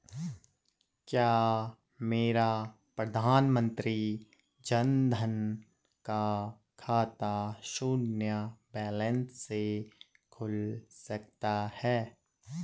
क्या मेरा प्रधानमंत्री जन धन का खाता शून्य बैलेंस से खुल सकता है?